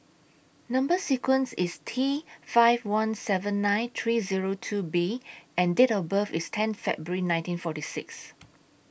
Number sequence IS T five one seven nine three Zero two B and Date of birth IS ten February nineteen forty six